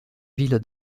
ville